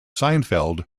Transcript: seinfeld